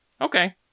Okay